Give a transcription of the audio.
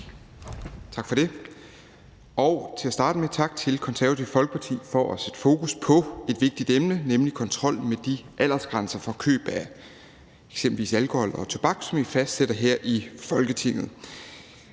Tak for det. Og til at starte med tak til Det Konservative Folkeparti for at sætte fokus på et vigtigt emne, nemlig kontrol med de aldersgrænser for køb af eksempelvis alkohol og tobak, som vi fastsætter her i Folketinget.